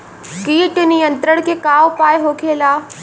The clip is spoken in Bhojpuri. कीट नियंत्रण के का उपाय होखेला?